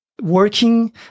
working